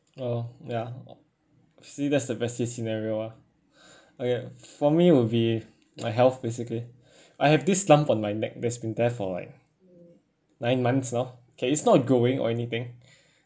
oh ya see that's the best scenario ah okay for me would be my health basically I have this lump on my neck that's been there for like nine months now okay it's not growing or anything